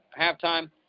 halftime